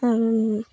আৰু